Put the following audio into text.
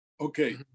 okay